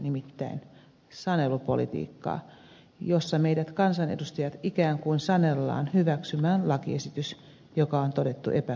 nimittäin sanelupolitiikkaa jossa meidät kansanedustajat ikään kuin sanellaan hyväksymään lakiesitys joka on todettu epäkelvoksi